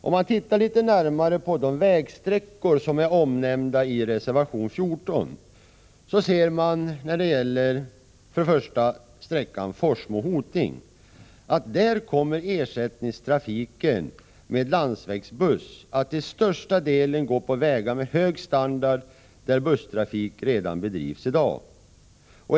Om man tittar litet närmare på de vägsträckor som är omnämnda i reservation 14, ser man beträffande sträckan Forsmo-Hoting att ersättningstrafiken med landsvägsbuss till största delen kommer att gå på vägar med hög standard där busstrafik bedrivs redan i dag.